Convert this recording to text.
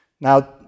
Now